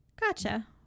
Gotcha